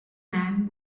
man